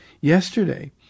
yesterday